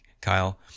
Kyle